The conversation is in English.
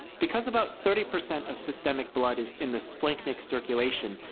because about thirty percent of systemic blood is in the splanchnic circulation,